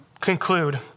conclude